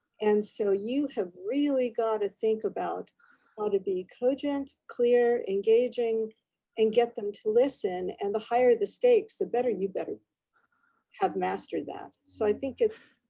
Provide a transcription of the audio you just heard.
and so you have really gotta think about how to be cogent, clear, engaging and get them to listen. and the higher the stakes, the better you better have mastered that. so i think it's.